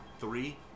three